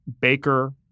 baker